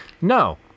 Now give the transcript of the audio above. no